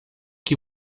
que